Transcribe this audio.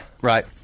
Right